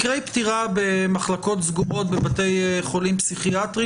מקרי פטירה במחלקות סגורות בבתי חולים פסיכיאטרים